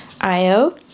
IO